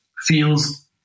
feels